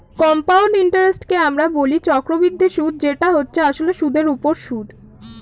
compound ইন্টারেস্টকে আমরা বলি চক্রবৃদ্ধি সুদ যেটা হচ্ছে আসলে সুদের উপর সুদ